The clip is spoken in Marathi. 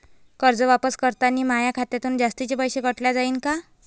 कर्ज वापस करतांनी माया खात्यातून जास्तीचे पैसे काटल्या जाईन का?